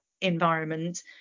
environment